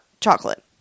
chocolate